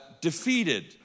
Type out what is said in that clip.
defeated